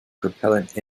propellant